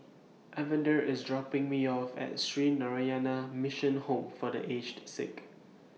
Evander IS dropping Me off At Sree Narayana Mission Home For The Aged Sick